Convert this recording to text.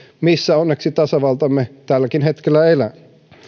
missä onneksi tasavaltamme tälläkin hetkellä elää